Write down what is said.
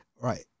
right